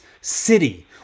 city